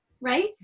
right